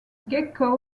gecko